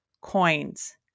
coins